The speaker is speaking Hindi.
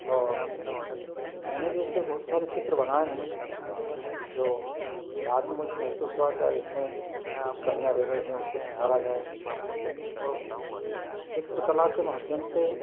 और मैंने भी ऐसे बहुत सारे चित्र बनाए हैं जो बाद में मुझे महसूस हुआ कि यार इसमें कुछ कमियाँ रह गई हैं उसको सुधारा जाए और चित्रकला के माध्यम से